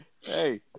hey